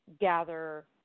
gather